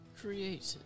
Created